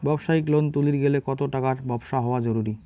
ব্যবসায়িক লোন তুলির গেলে কতো টাকার ব্যবসা হওয়া জরুরি?